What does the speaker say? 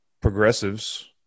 progressives